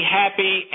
happy